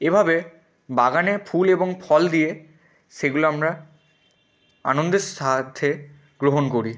এভাবে বাগানে ফুল এবং ফল দিয়ে সেগুলো আমরা আনন্দের সাথে গ্রহণ করি